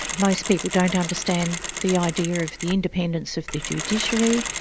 most people don't understand the idea of the independence of the judiciary,